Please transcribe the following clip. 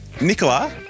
Nicola